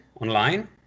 online